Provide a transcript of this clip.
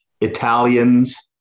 Italians